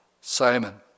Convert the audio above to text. Simon